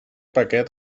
paquet